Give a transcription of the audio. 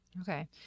Okay